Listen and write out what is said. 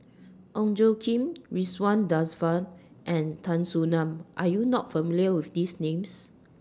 Ong Tjoe Kim Ridzwan Dzafir and Tan Soo NAN Are YOU not familiar with These Names